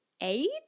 Eight